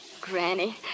Granny